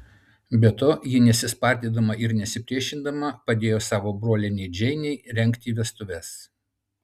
be to ji nesispardydama ir nesipriešindama padėjo savo brolienei džeinei rengti vestuves